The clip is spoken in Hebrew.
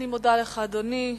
אני מודה לך, אדוני.